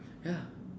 ya